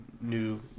New